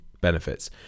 benefits